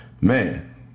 Man